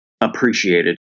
appreciated